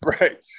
right